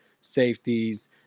safeties